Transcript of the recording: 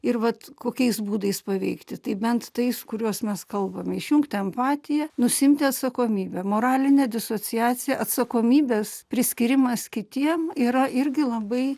ir vat kokiais būdais paveikti tai bent tais kuriuos mes kalbame išjungti empatiją nusiimti atsakomybę moralinė disociacija atsakomybės priskyrimas kitiem yra irgi labai